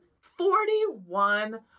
Forty-one